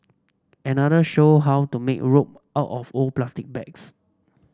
another showed how to make rope out of old plastic bags